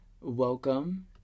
welcome